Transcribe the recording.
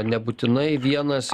nebūtinai vienas